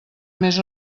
més